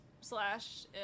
slash